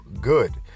good